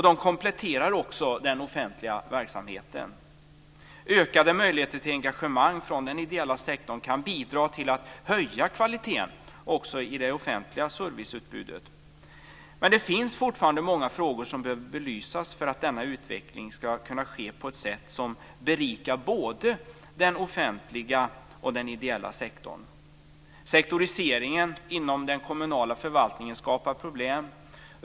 De kompletterar också den offentliga verksamheten. Ökade möjligheter till engagemang från den ideella sektorn kan bidra till att höja kvaliteten också i det offentliga serviceutbudet. Men det finns fortfarande många frågor som behöver belysas för att denna utveckling ska kunna ske på ett sätt som berikar både den offentliga och den ideella sektorn. Sektoriseringen inom den kommunala förvaltningen skapar problem.